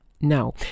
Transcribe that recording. Now